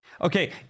Okay